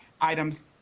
items